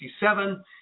1967